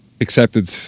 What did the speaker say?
Accepted